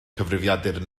cyfrifiadur